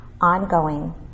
ongoing